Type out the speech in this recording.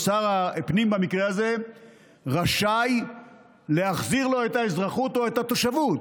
או שר הפנים במקרה הזה רשאי להחזיר לו את האזרחות או את התושבות.